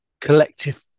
collective